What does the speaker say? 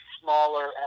smaller